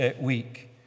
week